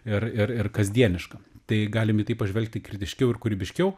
ir ir ir kasdieniška tai galim į tai pažvelgti kritiškiau ir kūrybiškiau